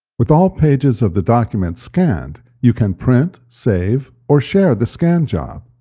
with all pages of the document scanned, you can print, save, or share the scan job.